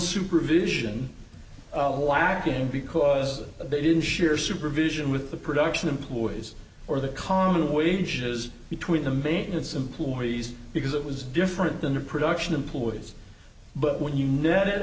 supervision of wacking because they didn't share supervision with the production employees or the common wages between the maintenance employees because it was different than the production employees but when you net it